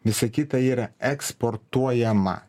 visa kita yra eksportuojama